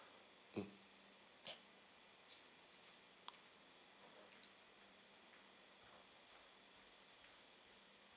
mm